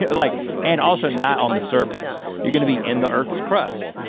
yeah like and also not on the surface, you're gonna be in the earth's crust,